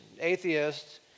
atheists